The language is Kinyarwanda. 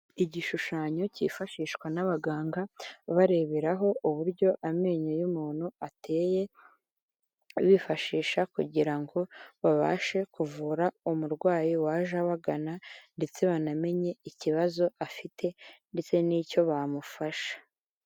Igishushanyo cyifashishwa n'abaganga, bareberaho uburyo amenyo y'umuntu ateye, bifashisha kugira ngo babashe kuvura umurwayi waje bagana, ndetse banamenye ikibazo afite ndetse n'icyo bamufasha.